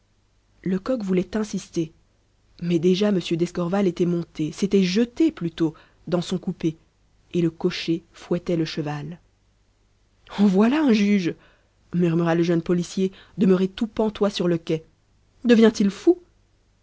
lecoq voulait insister mais déjà m d'escorval était monté s'était jeté plutôt dans son coupé et le cocher fouettait le cheval en voilà un juge murmura le jeune policier demeuré tout pantois sur le quai devient-il fou